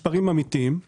מספרים אמיתיים,